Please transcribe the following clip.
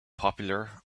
popular